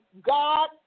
God